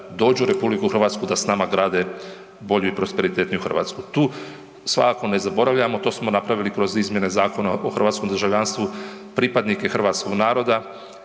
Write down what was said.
da dođu u RH da s nama grade bolju i prosperitetniju Hrvatsku. Tu svakako ne zaboravljamo, to smo napravili kroz izmjene Zakona o hrvatskom državljanstvu, pripadnike hrvatskog naroda,